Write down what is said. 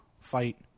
fight